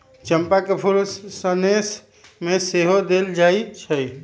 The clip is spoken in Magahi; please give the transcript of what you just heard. चंपा के फूल सनेश में सेहो देल जाइ छइ